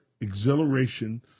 exhilaration